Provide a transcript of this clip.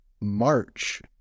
March